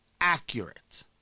accurate